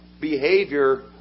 behavior